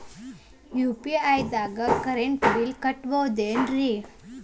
UPI ದಾಗ current bill ಕಟ್ಟಬಹುದೇನ್ರಿ?